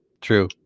true